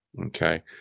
Okay